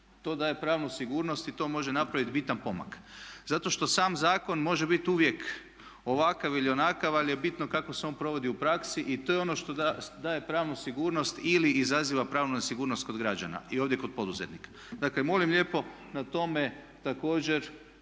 to da je pravnu sigurnosti i to može napraviti bitan pomak. Zato što sam zakon može biti uvijek ovakav ili onakav ali je bitno kako se on provodi u praksi i to je ono što daje pravnu sigurnost ili izaziva pravnu nesigurnost kod građana i ovdje kod poduzetnika. Dakle, molim lijepo na tome također